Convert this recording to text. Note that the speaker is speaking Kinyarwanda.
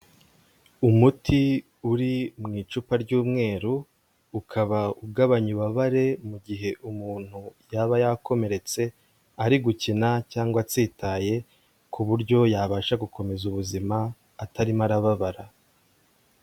Umuti uri mu icupa ry'umweru, ukaba ugabanya ububabare mu gihe umuntu yaba yakomeretse, ari gukina cyangwa atsitaye, ku buryo yabasha gukomeza ubuzima atarimo arababara.